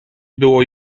było